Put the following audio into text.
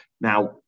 Now